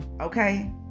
Okay